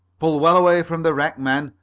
pull well away from the wreck, men,